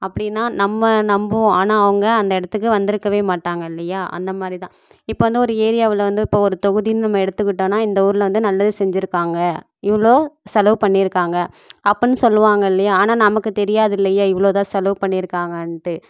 அப்படினால் நம்ம நம்புவோம் ஆனால் அவங்க அந்த இடத்துக்கு வந்திருக்கவே மாட்டாங்க இல்லையா அந்த மாதிரி தான் இப்போ வந்து ஒரு ஏரியாவில் வந்து இப்போ ஒரு தொகுதின்னு நம்ம எடுக்கிட்டோன்னால் இந்த ஊரில் வந்து நல்லது செஞ்சுருக்காங்க இவ்வளோ செலவு பண்ணியிருக்காங்க அப்படின்னு சொல்லுவாங்க இல்லையா ஆனால் நமக்கு தெரியாது இல்லையா இவ்வளோ தான் செலவு பண்ணியிருக்காங்கன்ட்டு